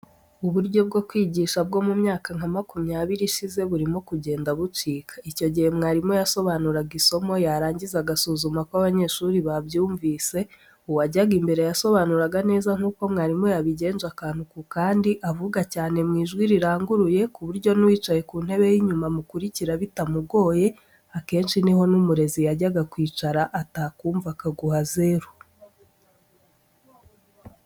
Uburyo bwo kwigisha bwo mu myaka nka makumyabiri ishize burimo kugenda bucika. Icyo gihe mwarimu yasobanuraga isomo yarangiza agasuzuma ko abanyeshuri babyumvise, uwajyaga imbere yasobanuraga neza nk'uko mwarimu yabigenje akantu ku kandi, avuga cyane mu ijwi riranguruye ku buryo n'uwicaye ku ntebe y'inyuma amukurikira bitamugoye, akenshi ni ho n'umurezi yajyaga kwicara, atakumva akaguha zeru.